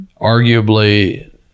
arguably